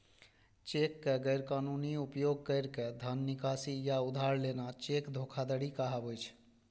cheque के गैर कानूनी उपयोग कैर के धन निकासी या उधार लेना चेक धोखाधड़ी कहाबै छै